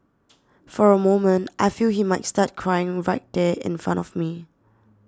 for a moment I feel he might start crying right there in front of me